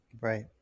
Right